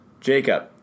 Jacob